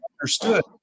understood